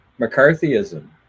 McCarthyism